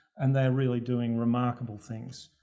and they're really doing remarkable things.